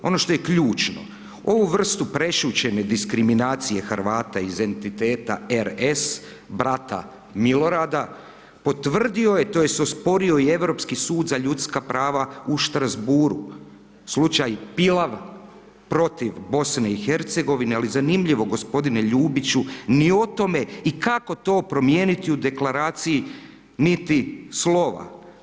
Ono što je ključno, ovu vrstu prešućene diskriminacije Hrvata iz entiteta RS, brata Milorada, potvrdio je, tj. ospori i Europski sud za ljudska prava u Strasbourgu, slučaj Pilav protiv BiH ali zanimljivo g. Ljubiću, ni o tome i kako to promijeniti u deklaraciji, niti slova.